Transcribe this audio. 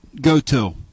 go-to